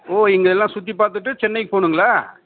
ஓ இங்கெல்லாம் சுற்றி பார்த்துட்டு சென்னைக்கு போகணுங்ளா